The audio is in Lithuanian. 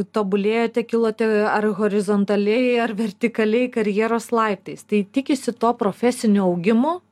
tobulėjote kilote ar horizontaliai ar vertikaliai karjeros laiptais tai tikisi to profesinio augimo